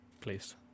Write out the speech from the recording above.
please